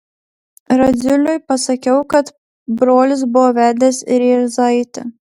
radziuliui pasakiau kad brolis buvo vedęs rėzaitę